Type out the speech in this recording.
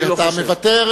כי אתה מוותר.